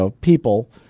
people